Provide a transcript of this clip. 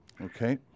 Okay